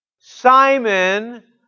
Simon